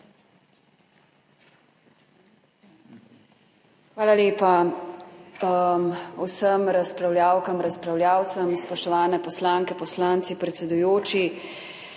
Hvala lepa vsem razpravljavkam, razpravljavcem. Spoštovane poslanke, poslanci, predsedujoči.